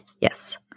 Yes